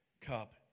cup